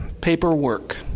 Paperwork